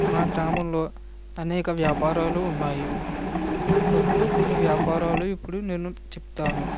మా గ్రామంలో అనేక వ్యాపారాలు ఉన్నాయి అందులో కొన్ని వ్యాపారాలు ఇప్పుడు నేను చెప్తాను